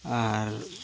ᱟᱨ